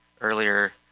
earlier